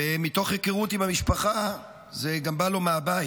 ומתוך היכרות עם המשפחה, זה גם בא לו מהבית.